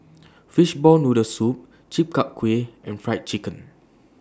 Fishball Noodle Soup Chi Kak Kuih and Fried Chicken